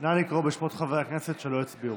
נא לקרוא בשמות חברי הכנסת שלא הצביעו.